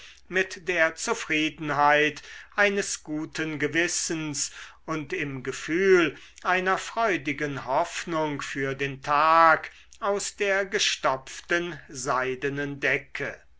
mit der zufriedenheit eines guten gewissens und im gefühl einer freudigen hoffnung für den tag aus der gestopften seidenen decke